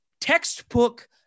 textbook